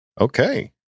Okay